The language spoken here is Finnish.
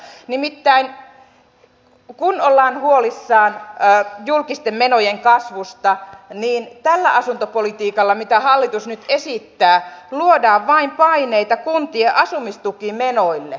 nimittäin kun ollaan huolissaan julkisten menojen kasvusta niin tällä asuntopolitiikalla mitä hallitus nyt esittää luodaan vain paineita kuntien asumistukimenoille